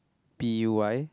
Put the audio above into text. buy